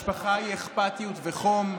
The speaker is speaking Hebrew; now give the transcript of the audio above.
משפחה היא אכפתיות וחום.